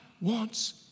wants